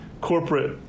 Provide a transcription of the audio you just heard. corporate